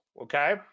okay